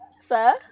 Sir